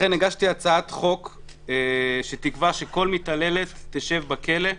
לכן הגשתי הצעת חוק שתקבע שכל מתעללת תשב בכלא,